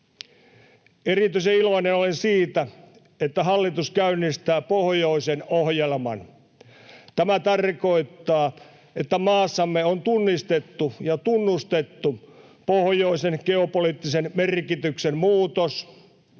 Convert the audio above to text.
Erityisen iloinen olen siitä, että hallitus käynnistää pohjoisen ohjelman. Tämä tarkoittaa, että maassamme on tunnistettu ja tunnustettu pohjoisen geopoliittisen merkityksen muutos,